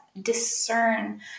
discern